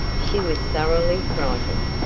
she was thoroughly frightened.